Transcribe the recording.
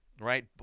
right